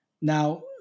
Now